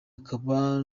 akaba